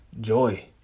joy